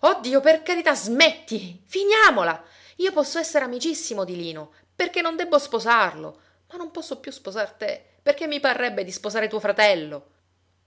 oh dio per carità smetti finiamola io posso essere amicissimo di lino perché non debbo sposarlo ma non posso più sposar te perché mi parrebbe di sposare tuo fratello